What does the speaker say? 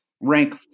rank